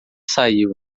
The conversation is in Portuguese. saiu